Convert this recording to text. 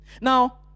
Now